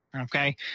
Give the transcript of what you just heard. okay